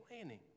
planning